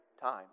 time